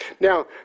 Now